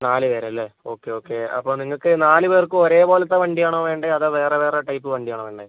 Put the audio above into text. നാല് പേര് അല്ലെ ഓക്കെ ഓക്കെ അപ്പം നിങ്ങൾക്ക് നാല് പേർക്കും ഒരേ പോലത്തെ വണ്ടി ആണോ വേണ്ടത് അതോ വേറെ വേറെ ടൈപ്പ് വണ്ടി ആണോ വേണ്ടത്